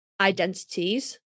identities